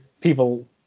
People